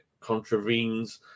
contravenes